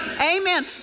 Amen